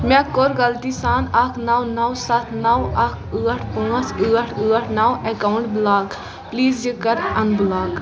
مےٚ کوٚر غلطی سان اَکھ نَو نَو سَتھ نَو اَکھ ٲٹھ پانٛژھ أٹھ ٲٹھ نَو اکاونٹ بلاک پلیٖز یہِ کَر ان بلاک